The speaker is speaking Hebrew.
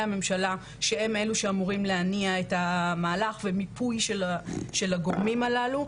הממשלה שהם אלו שאמורים להניע את המהלך ומיפוי של הגורמים הללו,